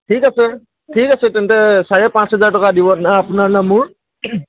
ঠিক আছে ঠিক আছে তেন্তে চাৰে পাঁচ হাজাৰ টকা দিব না আপোনাৰ না মোৰ